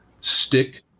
stick